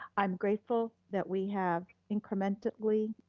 i'm grateful that we have incrementally,